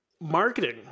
marketing